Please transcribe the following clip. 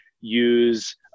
use